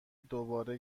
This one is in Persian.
دوباره